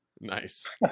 Nice